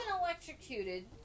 electrocuted